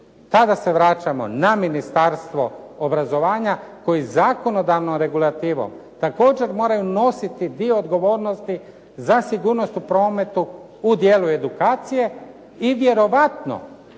Pa da se vraćamo na Ministarstvo obrazovanja koje zakonodavnom regulativom također moraju nositi dio odgovornosti za sigurnost o prometu u dijelu edukacije i vjerojatno